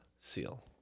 seal